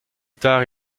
tard